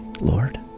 Lord